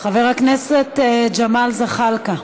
חברים, חבר הכנסת ג'מאל זחאלקה,